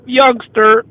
youngster